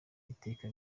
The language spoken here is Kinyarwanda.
iteka